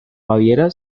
baviera